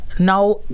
Now